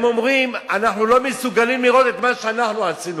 הם אומרים: אנחנו לא מסוגלים לראות את מה שאנחנו עשינו,